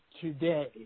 today